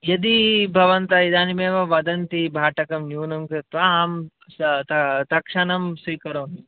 यदि भवन्तः इदानीमेव वदन्ति भाटकं न्यूनं कृत्वा अहं तत्क्षणं स्वीकरोमि